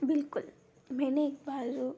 बिल्कुल मैंने एक बार